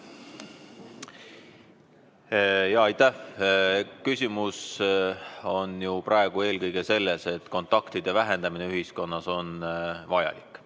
Jaa, aitäh! Küsimus on ju praegu eelkõige selles, et kontaktide vähendamine ühiskonnas on vajalik